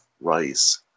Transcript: rice